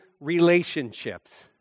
relationships